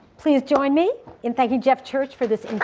please join me in thanking jeff church for this